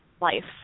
life